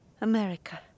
America